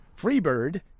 Freebird